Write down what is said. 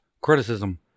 Criticism